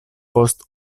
post